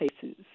cases